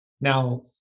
Now